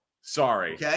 Sorry